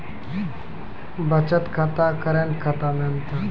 बचत खाता करेंट खाता मे अंतर?